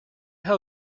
how